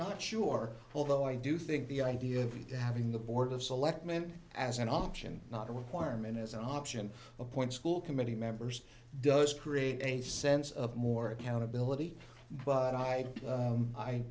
not sure although i do think the idea of having the board of selectmen as an option not a requirement as an option appoint school committee members does create a sense of more accountability but i